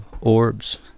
orbs